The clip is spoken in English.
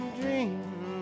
dream